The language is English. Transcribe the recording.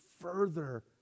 further